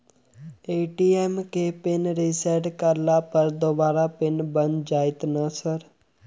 ATM केँ pin reset करला पर दोबारा पिन बन जाइत नै सर?